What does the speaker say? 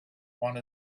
one